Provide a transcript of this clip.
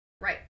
Right